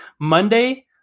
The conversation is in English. Monday